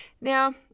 now